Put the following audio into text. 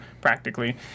practically